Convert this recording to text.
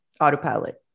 Autopilot